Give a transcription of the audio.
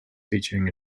featuring